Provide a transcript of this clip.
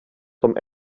som